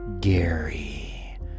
Gary